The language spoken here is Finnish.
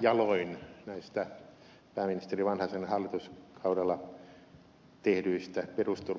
jaloin näistä pääministeri vanhasen hallituskaudella tehdyistä perusturvan kehittämistoimenpiteistä